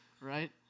Right